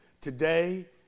today